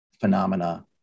phenomena